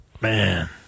Man